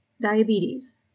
diabetes